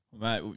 Mate